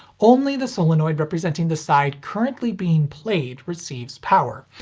only the solenoid representing the side currently being played receives power,